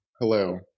Hello